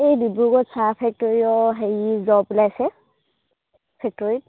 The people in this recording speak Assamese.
এই ডিব্ৰুগড় চাহ ফেক্টৰীও হেৰি জব ওলাইছে ফেক্টৰীত